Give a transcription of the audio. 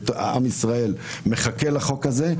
עם ישראל מחכה לחוק הזה.